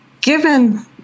given